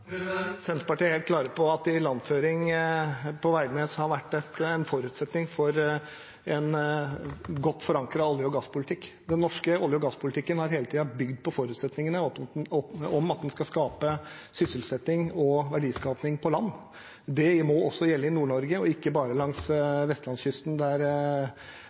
Senterpartiet er helt klare på at ilandføring på Veidnes har vært en forutsetning for en godt forankret olje- og gasspolitikk. Den norske olje- og gasspolitikken har hele tiden bygd på forutsetningene om at den skal skape sysselsetting og verdiskaping på land. Det må også gjelde i Nord-Norge og ikke bare langs vestlandskysten, der